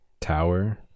tower